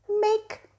make